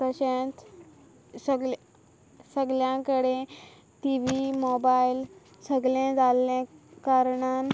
तशेंच सगलें सगल्यां कडेन तीवी मॉबायल सगलें जाल्लें कारणान